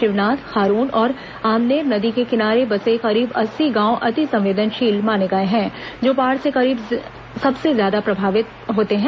शिवनाथ खारून और आमनेर नदी के किनारे बसे करीब अस्सी गांव अतिसंवेदनशील माने गए हैं जो बाढ़ से सबसे ज्यादा प्रभावित होते हैं